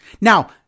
Now